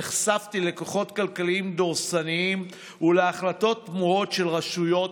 נחשפתי לכוחות כלכליים דורסניים ולהחלטות תמוהות של רשויות,